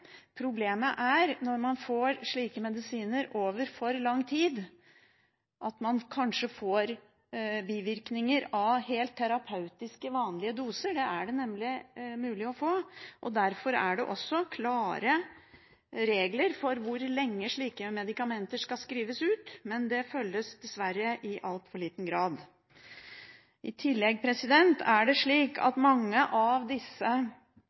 Problemet er når man får slike medisiner over for lang tid, at man kanskje får bivirkninger av helt terapeutiske, vanlige doser. Det er det nemlig mulig å få. Derfor er det også klare regler for hvor lenge slike medikamenter skal skrives ut, men det følges dessverre i altfor liten grad opp. I tillegg